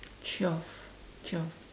twelve twelve